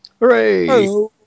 Hooray